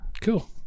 Cool